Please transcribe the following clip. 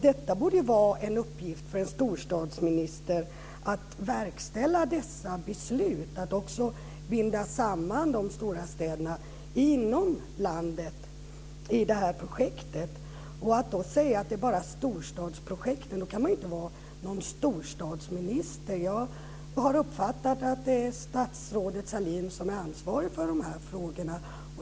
Det borde vara en uppgift för en storstadsminister att verkställa dessa beslut och också binda samman de stora städerna inom landet i detta projekt. Om man säger att det bara är storstadsprojekt kan man inte vara storstadsminister. Jag har uppfattat att det är statsrådet Sahlin som är ansvarig för dessa frågor.